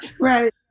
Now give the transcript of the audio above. Right